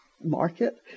market